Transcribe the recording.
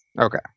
Okay